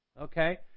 Okay